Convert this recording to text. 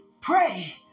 pray